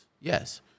Yes